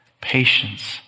Patience